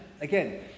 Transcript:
again